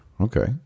okay